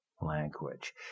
language